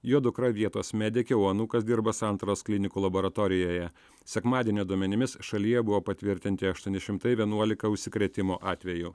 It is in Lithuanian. jo dukra vietos medikė o anūkas dirba santaros klinikų laboratorijoje sekmadienio duomenimis šalyje buvo patvirtinti aštuoni šimtai vienuolika užsikrėtimo atvejų